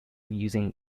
using